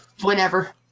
Whenever